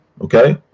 Okay